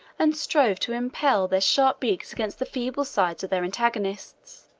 and strove to impel their sharp beaks against the feeble sides of their antagonists.